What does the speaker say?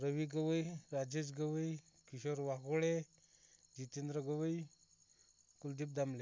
Ravi Gavai Rajesh Gavai Kishor Vaghole Jitendra Gavai Kuldeep Damle